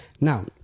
Now